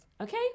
Okay